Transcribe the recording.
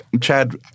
Chad